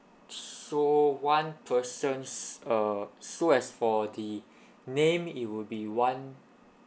so one person's err so as for the name it will be one